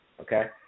Okay